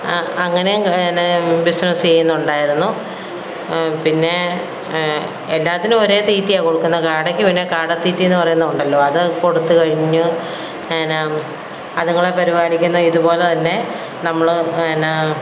അങ്ങനെയും പിന്നെ ബിസിനെസ്സ് ചെയ്യുന്നുണ്ടായിരുന്നു പിന്നെ എല്ലാത്തിനും ഒരേ തീറ്റയാണു കൊടുക്കുന്നത് കാടയ്ക്ക് പിന്നെ കാട തീറ്റേന്ന് പറയുന്നത് ഉണ്ടല്ലോ അത് കൊടുത്ത് കഴിഞ്ഞ് പിന്നെ അതുങ്ങളെ പരിപാലിക്കുന്ന ഇതുപോലെ തന്നെ നമ്മള് എന്നാ